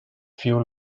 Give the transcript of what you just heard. fuel